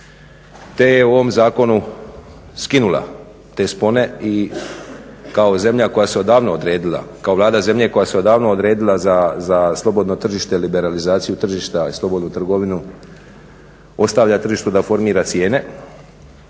i kao zemlja koja se davno odredila kao vlada zemlje koja se odavno odredila za slobodno tržište i liberalizaciju tržišta i slobodnu trgovinu ostavlja tržištu da formira cijene.